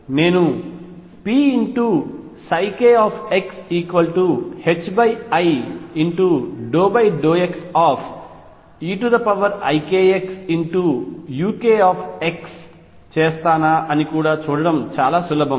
నేను pkxi∂xeikxuk చేస్తానా అని కూడా చూడటం చాలా సులభం